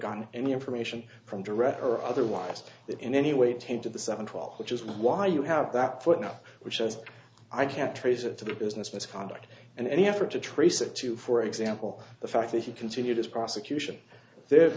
gotten any information from direct or otherwise in any way to the seven twelve which is why you have that foot now which is i can't trace it to business misconduct and any effort to trace it to for example the fact that he continued his prosecution there